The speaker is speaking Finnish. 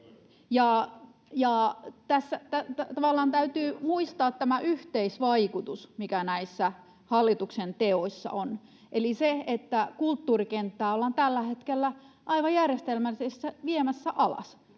Täytyy muistaa tämä yhteisvaikutus, mikä näissä hallituksen teoissa on, eli se, että kulttuurikenttää ollaan tällä hetkellä aivan järjestelmällisesti viemässä alas.